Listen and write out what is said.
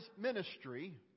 ministry